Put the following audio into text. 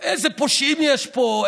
איזה פושעים יש פה,